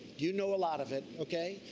you know a lot of it, okay,